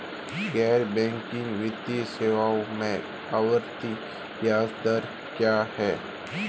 गैर बैंकिंग वित्तीय सेवाओं में आवर्ती ब्याज दर क्या है?